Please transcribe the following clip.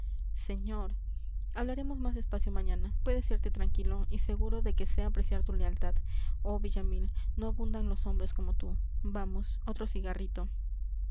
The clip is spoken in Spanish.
señor hablaremos más despacio mañana puedes irte tranquilo y seguro de que sé apreciar tu lealtad oh villamil no abundan los hombres como tú vamos otro cigarrito